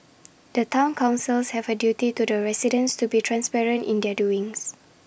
the Town councils have A duty to the residents to be transparent in their doings